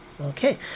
okay